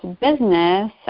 business